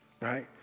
right